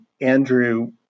Andrew